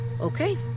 Okay